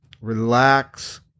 relax